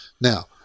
Now